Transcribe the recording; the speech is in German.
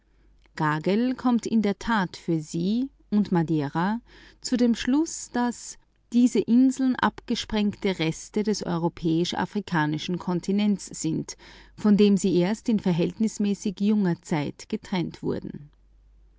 kommt auch gagel für die kanaren und madeira zu dem schluß daß diese inseln abgesprengte reste des europäisch afrikanischen kontinents sind von dem sie erst in verhältnismäßig junger zeit getrennt wurden